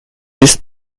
ist